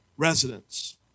residents